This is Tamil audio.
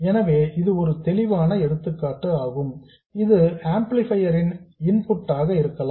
எனவே இது ஒரு தெளிவான எடுத்துக்காட்டாகும் இது ஒரு ஆம்ப்ளிபையர் இன் இன்புட் ஆக இருக்கலாம்